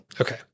Okay